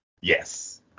Yes